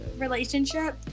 relationship